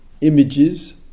images